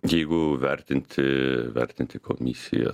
jeigu vertinti vertinti komisiją